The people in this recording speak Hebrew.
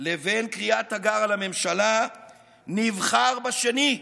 לבין קריאת תיגר על הממשלה נבחר בשני,